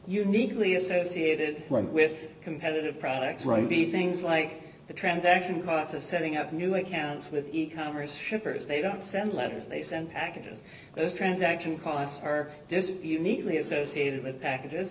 uniquely associated with competitive products right b things like the transaction costs of setting up new accounts with e commerce shippers they don't send letters they send packages those transaction costs are uniquely associated with packages